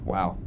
Wow